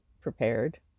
prepared